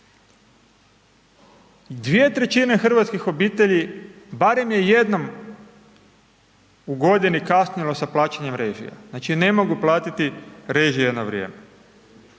800 kn. 2/3 hrvatskih obitelji, barem je jednom u godini kasnilo sa plaćanjem režija, znači ne mogu platiti režije na vrijeme.